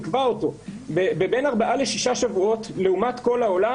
עיכבה אותו בין ארבעה לשישה שבועות לעומת כל העולם.